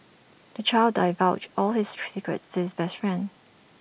the child divulged all his to his best friend